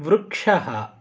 वृक्षः